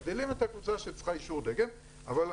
מגדילים את הקבוצה שצריכה אישור דגם --- לפי